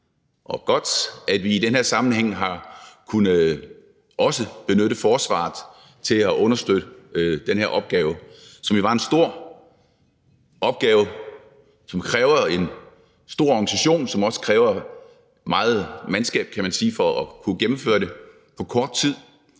og godt, at vi i den her sammenhæng også har kunnet benytte forsvaret til at understøtte den her opgave, som jo var en stor opgave, og som krævede en stor organisation, og som det også krævede meget mandskab for at kunne gennemføre på kort tid.